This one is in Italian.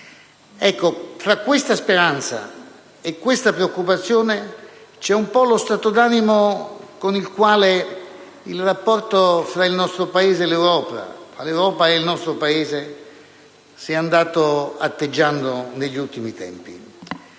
Tra questa speranza e questa preoccupazione, c'è un po' lo stato d'animo con il quale il rapporto fra il nostro Paese e l'Europa, l'Europa e il nostro Paese si è andato atteggiando negli ultimi tempi.